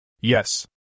Yes